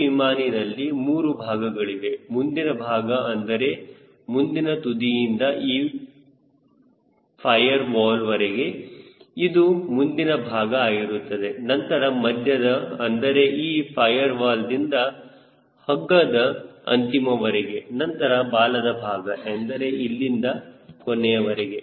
ಈ ವಿಮಾನಿನಲ್ಲಿ ಮೂರು ಭಾಗಗಳಿವೆ ಮುಂದಿನ ಭಾಗ ಅಂದರೆ ಮುಂದಿನ ತುದಿಯಿಂದ ಈ ಫೈಯರ್ ವಾಲ್ ವರೆಗೆ ಇದು ಮುಂದಿನ ಭಾಗ ಆಗಿರುತ್ತದೆ ನಂತರ ಮಧ್ಯದ ಅಂದರೆ ಈ ಫೈಯರ್ ವಾಲ್ ದಿಂದ ಹಗ್ಗದ ಅಂತಿಮವರಿಗೆ ನಂತರ ಬಾಲದ ಭಾಗ ಅಂದರೆ ಇಲ್ಲಿಂದ ಕೊನೆಯವರೆಗೆ